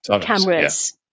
cameras